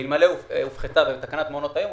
ואלמלא הופחתה בתקנת מעונות היום,